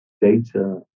data